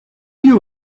you